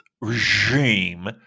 regime